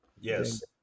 yes